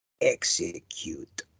Execute